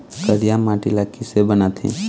करिया माटी ला किसे बनाथे?